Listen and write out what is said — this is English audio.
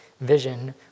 vision